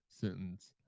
sentence